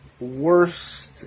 worst